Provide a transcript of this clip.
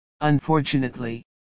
Unfortunately